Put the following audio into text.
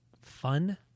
fun